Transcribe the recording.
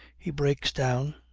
he breaks down.